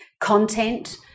content